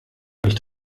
nicht